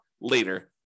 later